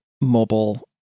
mobile